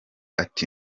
ati